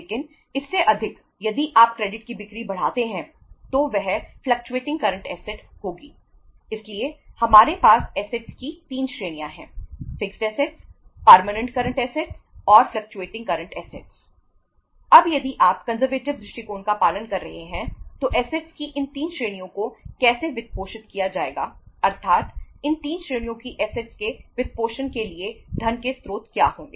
लेकिन इससे अधिक यदि आप क्रेडिट के वित्तपोषण के लिए धन के स्रोत क्या होंगे